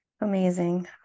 amazing